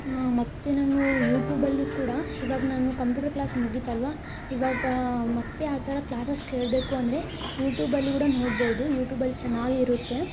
ಮತ್ತು ನಾನು ಯೂಟೂಬಲ್ಲೂ ಕೂಡ ಇವಾಗ ನಾನು ಕಂಪ್ಯೂಟ್ರ್ ಕ್ಲಾಸ್ ಮುಗೀತಲ್ವಾ ಇವಾಗ ಮತ್ತೆ ಆ ಥರ ಕ್ಲಾಸ್ಸಸ್ ಕೇಳಬೇಕು ಅಂದರೆ ಯೂಟೂಬಲ್ಲಿ ಕೂಡ ನೋಡ್ಬೌದು ಯೂಟೂಬಲ್ಲಿ ಚೆನ್ನಾಗಿರುತ್ತೆ